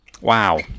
Wow